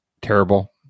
terrible